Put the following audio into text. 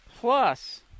Plus